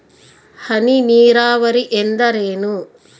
ಹನಿ ನೇರಾವರಿ ಎಂದರೇನು?